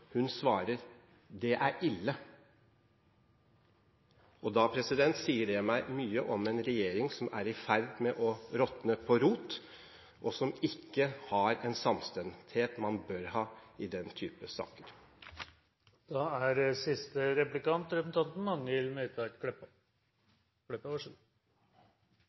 Det er ille. Da sier det meg mye om en regjering som er i ferd med å råtne på rot, og som ikke har en samstemthet man bør ha i den type saker. Eg vil gje representanten